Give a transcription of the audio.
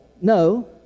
no